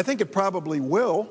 i think it probably will